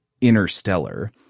interstellar